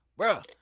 Bruh